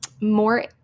more